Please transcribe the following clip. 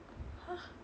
!huh!